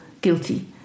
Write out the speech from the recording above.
guilty